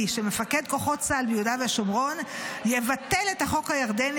שמפקד כוחות צה"ל ביהודה ושומרון יבטל את החוק הירדני